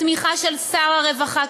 בתמיכה של שר הרווחה,